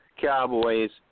Cowboys